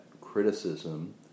criticism